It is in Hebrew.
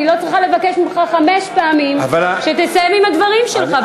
אני לא צריכה לבקש ממך חמש פעמים שתסיים את הדברים שלך,